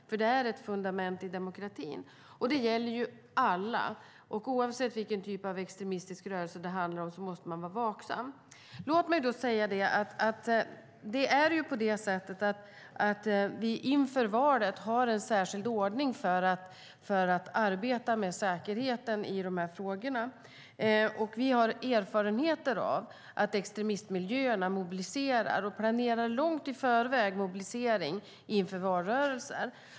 Det är ett fundament i demokratin. Det gäller alla. Oavsett vilken typ av extremistisk rörelse det handlar om måste man vara vaksam. Vi har inför valet en särskild ordning för att arbeta med säkerheten i dessa frågor. Vi har erfarenheter av att extremistmiljöerna mobiliserar och planerar långt i förväg mobilisering inför valrörelser.